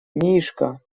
мишка